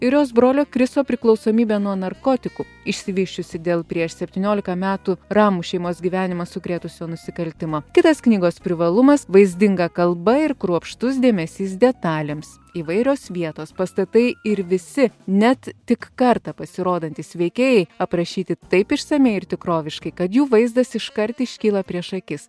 ir jos brolio kristo priklausomybė nuo narkotikų išsivysčiusi dėl prieš septyniolika metų ramų šeimos gyvenimą sukrėtusio nusikaltimo kitas knygos privalumas vaizdinga kalba ir kruopštus dėmesys detalėms įvairios vietos pastatai ir visi net tik kartą pasirodantys veikėjai aprašyti taip išsamiai ir tikroviškai kad jų vaizdas iškart iškyla prieš akis